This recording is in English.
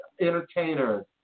entertainers